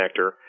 connector